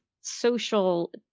social